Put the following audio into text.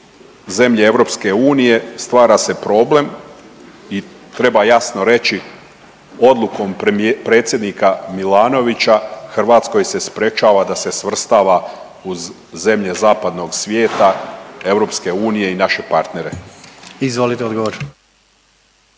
zemlje EU, stvara se problem i treba jasno reći odlukom predsjednika Milanovića Hrvatskoj se sprječava da se svrstava u zemlje zapadnog svijeta EU i naše partnere. **Jandroković,